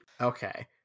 okay